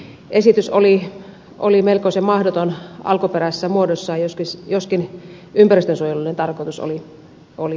esitys oli melkoisen mahdoton alkuperäisessä muodossaan joskin ympäristönsuojelullinen tarkoitus oli hyvä